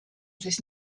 siis